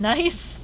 Nice